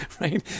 right